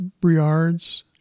Briards